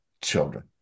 children